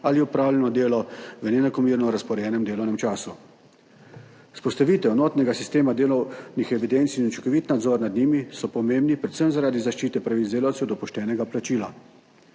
ali opravljeno delo v neenakomerno razporejenem delovnem času. Vzpostavitev enotnega sistema delovnih evidenc in učinkovit nadzor nad njimi sta pomembna predvsem zaradi zaščite pravic delavcev do poštenega plačila